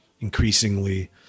increasingly